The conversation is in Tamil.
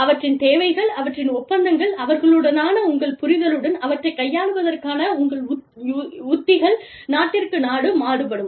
அவற்றின் தேவைகள் அவற்றின் ஒப்பந்தங்கள் அவர்களுடனான உங்கள் புரிதலுடன் அவற்றைக் கையாள்வதற்கான உங்கள் உத்திகள் நாட்டிற்கு நாடு மாறுபடும்